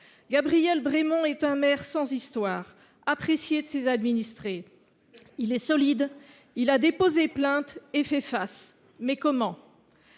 Gabriel Bremond est un maire sans histoires, apprécié de ses administrés. Il est solide. Il a déposé plainte et il fait face. Mais comment ?